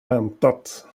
väntat